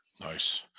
Nice